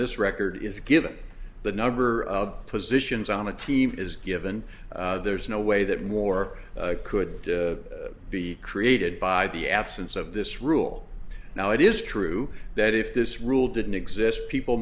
this record is given the number of positions on the team is given there's no way that more could be created by the absence of this rule now it is true that if this rule didn't exist people